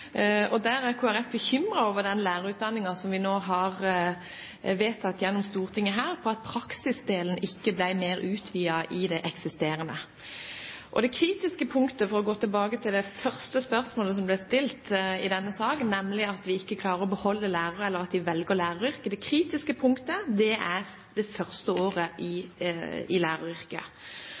er bekymret over at praksisdelen ikke ble mer utvidet i den lærerutdanningen vi nå har vedtatt gjennom Stortinget. Det kritiske punktet – for å gå tilbake til det første spørsmålet som ble stilt i denne saken, nemlig at vi ikke klarer å beholde lærerne, eller at de ikke velger læreryrket – er det første året i læreryrket: Hva må til for at vi skal klare å få dem til å fortsette i